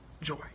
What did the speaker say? joy